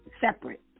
separate